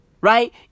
Right